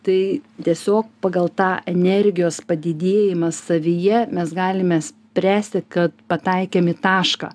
tai tiesiog pagal tą energijos padidėjimą savyje mes galime spręsti kad pataikėm į tašką